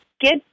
get